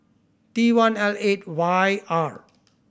T one L eight Y R